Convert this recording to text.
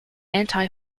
anti